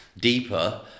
deeper